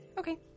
Okay